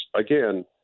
again